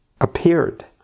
appeared